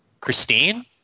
Christine